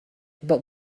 but